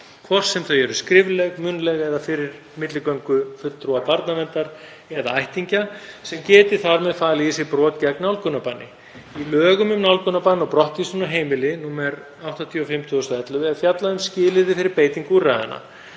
hvort sem þau eru skrifleg, munnleg eða fyrir milligöngu fulltrúa barnaverndar eða ættingja, sem geti þar með falið í sér brot gegn nálgunarbanni. Í lögum um nálgunarbann og brottvísun af heimili, nr. 85/2011, er fjallað um skilyrði fyrir beitingu úrræðanna.